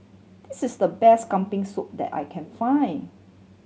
this is the best Kambing Soup that I can find